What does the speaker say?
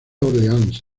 orleans